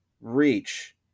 reach